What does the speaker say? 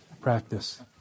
practice